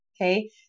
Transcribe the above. Okay